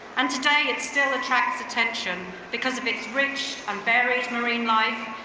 and today it still attracts attention because of its rich and various marine life,